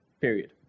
period